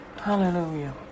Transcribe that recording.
Hallelujah